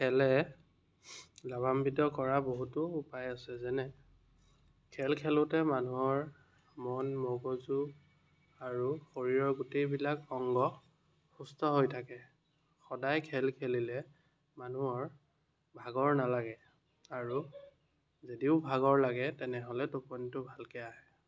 খেলে লাভান্বিত কৰা বহুটো উপায় আছে যেনে খেল খেলোঁতে মানুহৰ মন মগজু আৰু শৰীৰৰ গোটেইবিলাক অংগ সুস্থ হৈ থাকে সদায় খেল খেলিলে মানুহৰ ভাগৰ নালাগে আৰু যদিও ভাগৰ লাগে তেনেহ'লে টোপনিটো ভালকৈ আহে